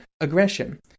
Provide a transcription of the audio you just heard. aggression